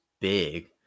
big